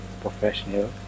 professional